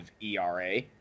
ERA